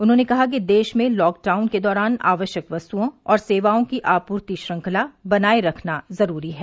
उन्होंने कहा कि देश में लॉकडाउन के दौरान आवश्यक वस्तुओं और सेवाओं की आपूर्ति श्रृंखला बनाये रखना जरूरी है